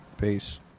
peace